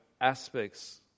aspects